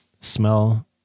smell